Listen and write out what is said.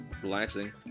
relaxing